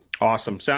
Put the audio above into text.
Awesome